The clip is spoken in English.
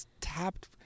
tapped